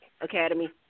Academy –